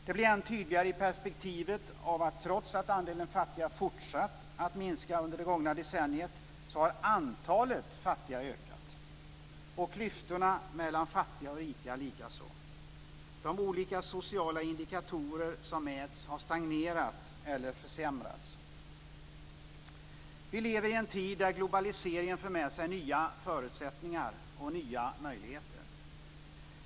Det blir än tydligare i perspektivet av att trots att andelen fattiga fortsatt att minska under det gångna decenniet så har antalet fattiga ökat, och klyftorna mellan fattiga och rika likaså. De olika sociala indikatorer som mäts har stagnerat eller försämrats. Vi lever i en tid där globaliseringen för med sig nya förutsättningar och nya möjligheter.